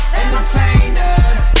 entertainers